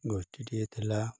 ଗୋଷ୍ଠୀଟିଏ ଥିଲା